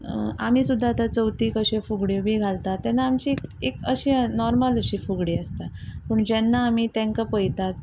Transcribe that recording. आमी सुद्दां चवथीक अश्यो फुगड्यो बी घालता तेन्ना आमची एक अशी नॉर्मल अशी फुगडी आसता पूण जेन्ना आमी तेंका पळयतात